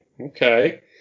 okay